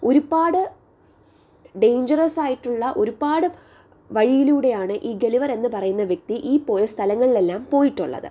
ഒരുപാട് ഡെയിഞ്ചറസ് ആയിട്ടുള്ള ഒരുപാട് വഴിയിലൂടെ ആണ് ഈ ഗളിവർ എന്ന് പറയുന്ന വ്യക്തി ഈ പോയ സ്ഥലങ്ങളിലെല്ലാം പോയിട്ടുള്ളത്